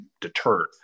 deterred